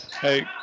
Hey